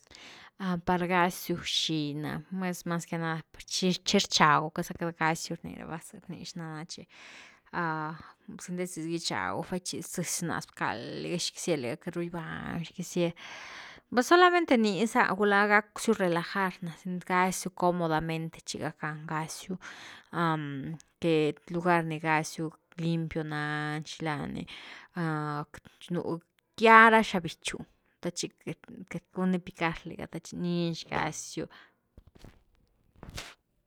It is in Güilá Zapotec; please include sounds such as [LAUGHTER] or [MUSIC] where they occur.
Par gaziu xi, náh mas que nada, chi-chi rchagu cá’za queity gaziu rni ra’va, zerni xnana chi [HESITATION] sinde chi gichagy baichi zezy rnas bcald liga, xi quisier liga queity ru gibandiu, xi quisier, pues solamente ní za gula gacksiu relajar na gasiu cómodamente chi gackan gasiu, [HESITATION] que lugar ni gasiu limpio nani xila ni [HESITATION] gya ra xab bichúh te chi queity-queity guni picar liga chi nix gasiu. [NOISE]